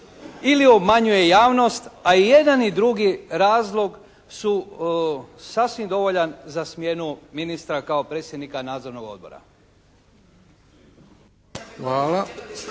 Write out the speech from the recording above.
ili obmanjuje javnost, a i jedan i drugi razlog su sasvim dovoljan za smjenu ministra kao predsjednika nadzornog odbora.